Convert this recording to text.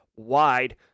wide